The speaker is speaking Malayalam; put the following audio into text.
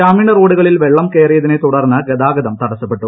ഗ്രാമീണ റോഡുകളിൽ വെള്ളം കയറിയതിനെ തുടർന്ന് ഗതാഗതം തടസ്സപ്പെട്ടു